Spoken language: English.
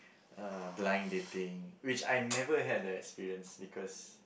uh blind dating which I've never had the experience because